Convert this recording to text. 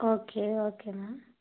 okay okay ma'am